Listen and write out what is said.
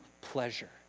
pleasure